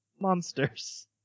monsters